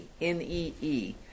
N-E-E